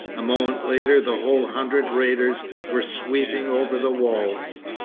a moment later the whole hundred raiders were sweeping over the walls.